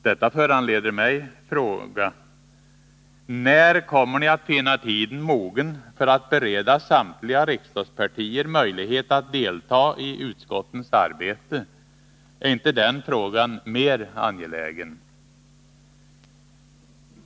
Detta föranleder mig att fråga: När kommer ni Onsdagen den att finna tiden mogen för att bereda samtliga riksdagspartier möjlighet att 4 april 1981 delta i utskottens arbete? Ar inte den frågan mer angelägen?